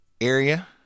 area